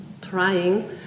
trying